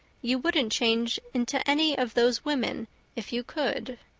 you wouldn't change into any of those women if you could.